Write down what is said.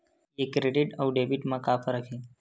ये क्रेडिट आऊ डेबिट मा का फरक है?